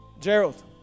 Gerald